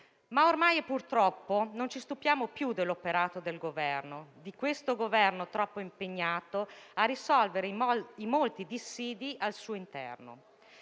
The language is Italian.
Ormai, purtroppo, non ci stupiamo più dell'operato del Governo, troppo impegnato a risolvere i molti dissidi al suo interno.